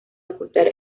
ocultar